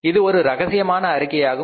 இது ஒரு ரகசியமான அறிக்கையாகும்